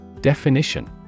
Definition